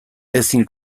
ezin